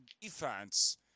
defense